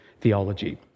theology